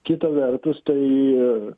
kita vertus tai